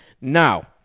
Now